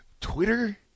Twitter